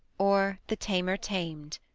or the tamer tam'd.